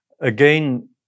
Again